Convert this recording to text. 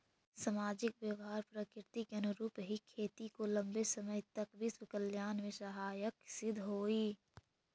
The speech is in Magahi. सामाजिक व्यवहार प्रकृति के अनुरूप ही खेती को लंबे समय तक विश्व कल्याण में सहायक सिद्ध होई